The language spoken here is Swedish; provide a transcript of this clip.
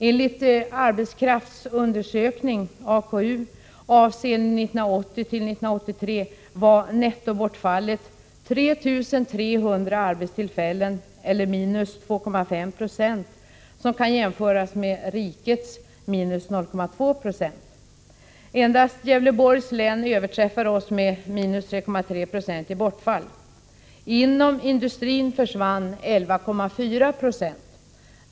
Enligt arbetskraftsundersökningen, AKU, avseende 1980-1983 var nettobortfallet 3 300 arbetstillfällen eller —2,5 96, som kan jämföras med rikets —-0,2 20. Endast Gävleborgs län överträffar oss med —-3,3 Zo i bortfall. Inom industrin försvann 11,4 20.